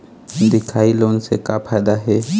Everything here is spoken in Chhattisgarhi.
दिखाही लोन से का फायदा हे?